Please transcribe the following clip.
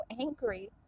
angry